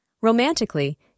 Romantically